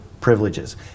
privileges